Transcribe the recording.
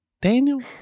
Daniel